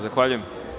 Zahvaljujem.